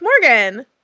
Morgan